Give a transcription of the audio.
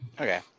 Okay